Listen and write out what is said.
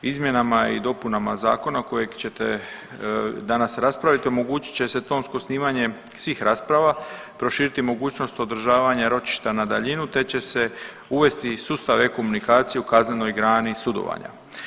Izmjenama i dopunama zakona kojeg ćete danas raspraviti omogućit će se tonsko snimanje svih rasprava, proširiti mogućnost održavanja ročišta na daljinu te će se uvesti sustav e-Komunikacije u kaznenoj grani sudovanja.